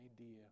idea